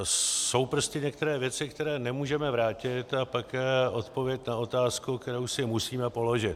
Jsou prostě některé věci, které nemůžeme vrátit, a také odpověď na otázku, kterou si musíme položit.